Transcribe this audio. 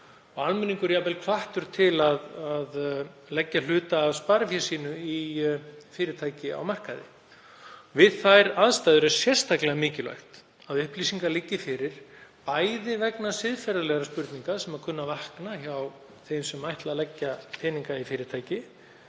almenningur jafnvel hvattur til að leggja hluta af sparifé sínu í fyrirtæki á markaði. Við þær aðstæður er sérstaklega mikilvægt að upplýsingar liggi fyrir, bæði vegna siðferðilegra spurninga sem kunna að vakna hjá þeim sem ætla að leggja peninga í fyrirtæki,